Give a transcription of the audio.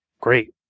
great